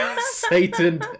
Satan